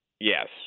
Yes